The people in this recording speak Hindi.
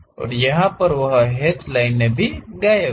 और यहा पर वह हैचड लाइनें भी गायब हैं